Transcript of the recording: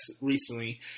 recently